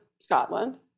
Scotland